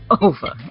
over